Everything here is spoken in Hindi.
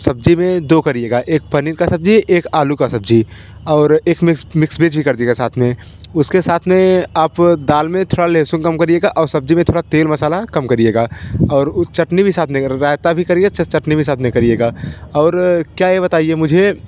सब्ज़ी में दो करिएगा एक पनीर की सब्ज़ी एक आलू का सब्ज़ी और एक मिक्स मिक्स भेज भी कर दीजिएगा साथ में उसके साथ में आप दाल में थोड़ा लेहसुन कम करिएगा और सब्ज़ी में थोड़ा तेल मसाला कम करिएगा और चटनी भी साथ मे देगा राइता भी करिए चटनी भी साथ में करिएगा और क्या है बताइए मुझे